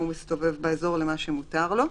הוא מסתובב באזור למה שמותר לו,